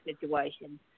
situation